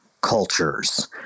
cultures